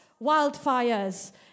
wildfires